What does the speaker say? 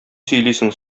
сөйлисең